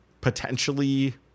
potentially